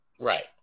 Right